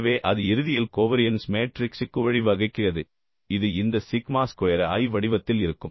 எனவே அது இறுதியில் கோவரியன்ஸ் மேட்ரிக்ஸுக்கு வழிவகுக்கிறது இது இந்த சிக்மா ஸ்கொயர் i வடிவத்தில் இருக்கும்